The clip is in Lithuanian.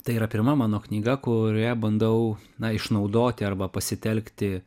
tai yra pirma mano knyga kurioje bandau na išnaudoti arba pasitelkti